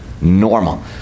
normal